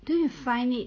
don't you find it